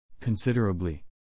Considerably